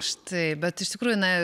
štai bet iš tikrųjų na